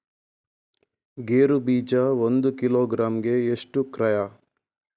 ಗೇರು ಬೀಜ ಒಂದು ಕಿಲೋಗ್ರಾಂ ಗೆ ಎಷ್ಟು ಕ್ರಯ?